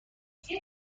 هوشیه